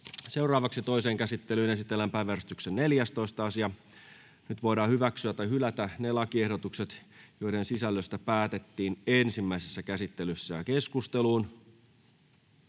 Content: Toiseen käsittelyyn esitellään päiväjärjestyksen 7. asia. Nyt voidaan hyväksyä tai hylätä lakiehdotukset, joiden sisällöstä päätettiin ensimmäisessä käsittelyssä. — Keskusteluun,